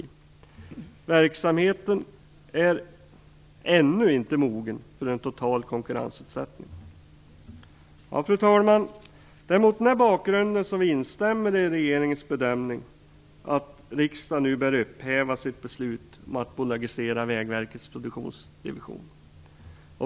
Verksamheten är ännu inte mogen för en total konkurrensutsättning. Fru talman! Det är mot den här bakgrunden vi instämmer i regeringens bedömning att riksdagen nu bör upphäva sitt beslut att bolagisera Vägverkets produktionsdivision.